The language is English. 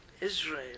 Israel